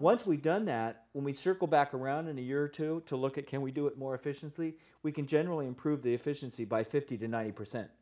once we've done that when we circle back around in a year or two to look at can we do it more efficiently we can generally improve the efficiency by fifty to ninety percent